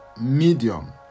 medium